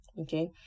okay